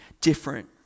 different